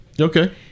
Okay